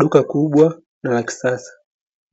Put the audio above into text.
Duka kubwa la kisasa,